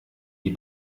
die